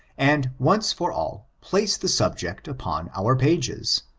and, once for all, place the subject upon our pages.